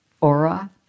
aura